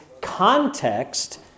context